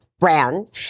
brand